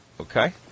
Okay